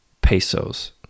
pesos